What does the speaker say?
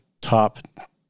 top